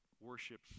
worships